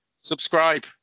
subscribe